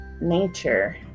nature